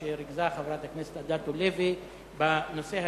שריכזה חברת הכנסת אדטו, בנושא הזה,